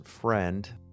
friend